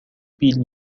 بیل